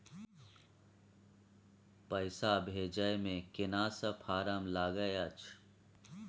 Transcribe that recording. पैसा भेजै मे केना सब फारम लागय अएछ?